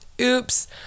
oops